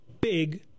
big